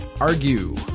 Argue